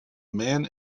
man